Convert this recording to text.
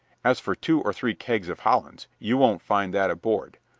as for two or three kegs of hollands, you won't find that aboard.